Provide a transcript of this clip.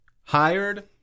hired